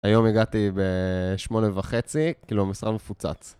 היום הגעתי בשמונה וחצי, כאילו המשרד מפוצץ.